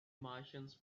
martians